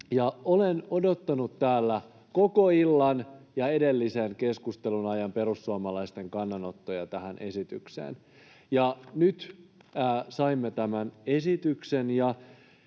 Olen odottanut täällä koko illan ja edellisen keskustelun ajan perussuomalaisten kannanottoja tähän esitykseen. Nyt saimme tämän esityksen,